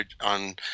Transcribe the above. on